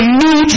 new